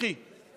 הנוכחי